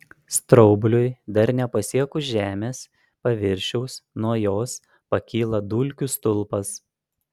straubliui dar nepasiekus žemės paviršiaus nuo jos pakyla dulkių stulpas